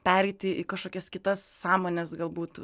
pereiti į kažkokias kitas sąmones galbūt